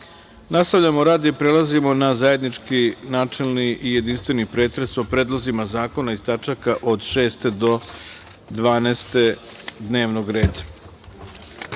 Kovač. Nastavljamo rad i prelazimo na zajednički načelni i jedinstveni pretres o predlozima zakona iz tačaka od 6. do 12. dnevnog